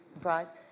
Prize